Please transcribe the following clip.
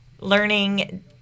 learning